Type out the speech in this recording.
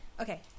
okay